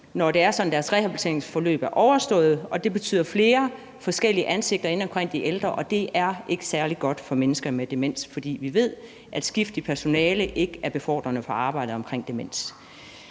at deres rehabiliteringsforløb er overstået, og det betyder flere forskellige ansigter, der er inde omkring de ældre, og det er ikke særlig godt for mennesker med demens. For vi ved, at skift i personale ikke er befordrende for arbejdet omkring demens.